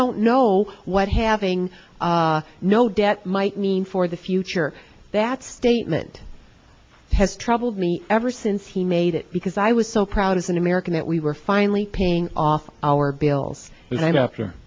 don't know what having no debt might mean for the future that statement has troubled me ever since he made it because i was so proud as an american that we were finally paying off our bills